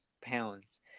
pounds